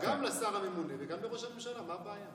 גם לשר הממונה וגם לראש הממשלה, מה הבעיה?